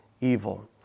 evil